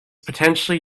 potentially